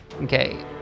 Okay